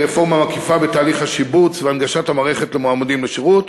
רפורמה מקיפה בתהליך השיבוץ והנגשת המערכת למועמדים לשירות.